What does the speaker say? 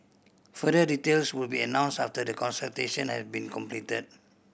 further details will be announced after the consultation had been completed